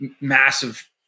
massive